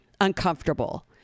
uncomfortable